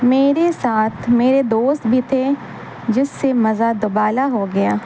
میرے ساتھ میرے دوست بھی تھے جس سے مزہ دبالا ہو گیا